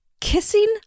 Kissing